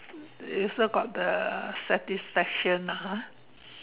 you also got the satisfaction lah ha